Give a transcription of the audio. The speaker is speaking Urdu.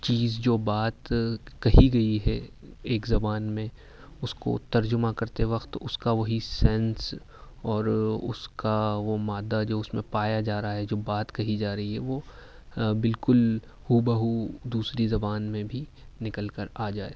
چیز جو بات کہی گئی ہے ایک زبان میں اس کو ترجمہ کرتے وقت اس کا وہی سینس اور اس کا وہ مادہ جو اس میں پایا جا رہا ہے جو بات کہی جا رہی ہے وہ بالکل ہو بہ ہو دوسری زبان میں بھی نکل کر آ جائے